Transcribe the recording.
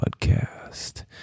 podcast